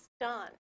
done